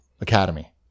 Academy